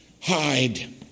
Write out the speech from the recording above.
hide